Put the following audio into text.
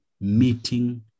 meeting